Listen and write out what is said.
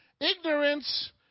Ignorance